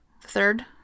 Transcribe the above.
third